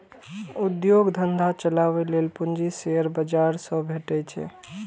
उद्योग धंधा चलाबै लेल पूंजी शेयर बाजार सं भेटै छै